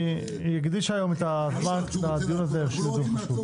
היא הקדישה היום את הדיון הזה כי הוא דיון חשוב.